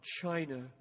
China